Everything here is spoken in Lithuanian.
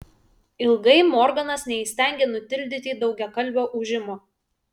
ilgai morganas neįstengė nutildyti daugiakalbio ūžimo